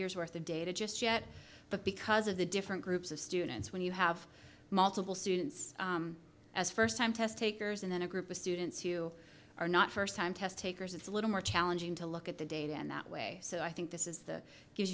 years worth of data just yet but because of the different groups of students when you have multiple students as first time test takers and then a group of students who are not first time test takers it's a little more challenging to look at the data in that way so i think this is the gives